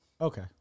Okay